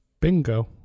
Bingo